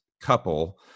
couple